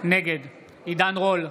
נגד עידן רול,